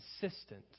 consistent